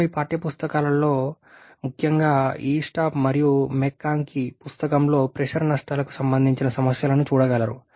మీరు మీ పాఠ్యపుస్తకాల్లో ముఖ్యంగా "ఈస్టాప్ మరియు మెక్కాంకీ" పుస్తకంలో ప్రెషర్ నష్టాలకు సంబంధించిన సమస్యలను చూడగలరు